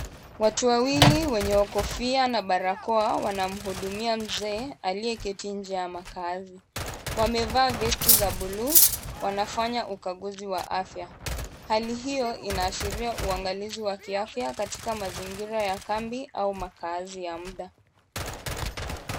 Watu wawili wenye kofia na barakoa wanamhudumia mzee aliyeketi nje ya makaazi. Wamevaa vesti za bluu, wanafanya ukaguzi wa afya. Hali hiyo inaashiria uangalizi wa kiafya katika mazingira ya kambi au makaazi ya muda.